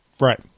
Right